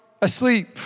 asleep